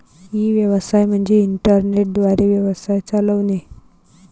E व्यवसाय म्हणजे internet द्वारे व्यवसाय चालवणे